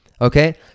okay